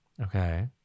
Okay